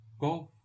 Golf